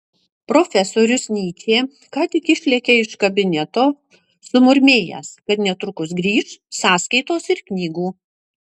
profesorius nyčė ką tik išlėkė iš kabineto sumurmėjęs kad netrukus grįš sąskaitos ir knygų